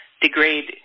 degrade